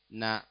na